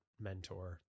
mentor